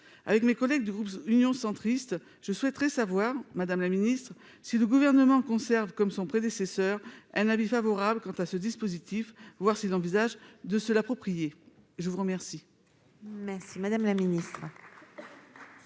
avec mes collègues du groupe Union centriste je souhaiterais savoir Madame la Ministre, si le gouvernement conserve comme son prédécesseur, un avis favorable quant à ce dispositif, voir s'il envisage de se l'approprier, je vous remercie.